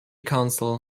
council